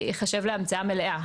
ייחשב להמצאה מלאה.